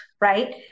right